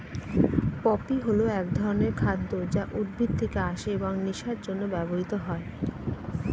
poppy হল এক ধরনের খাদ্য যা উদ্ভিদ থেকে আসে এবং নেশার জন্য ব্যবহৃত হয়